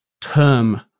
term